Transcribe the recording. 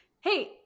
hey